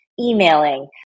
emailing